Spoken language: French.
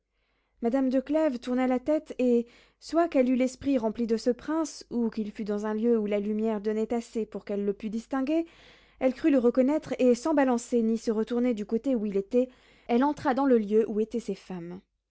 madame de clèves tourna la tête et soit qu'elle eût l'esprit rempli de ce prince ou qu'il fût dans un lieu où la lumière donnait assez pour qu'elle le pût distinguer elle crut le reconnaître et sans balancer ni se retourner du côté où il était elle entra dans le lieu où étaient ses femmes